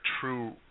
true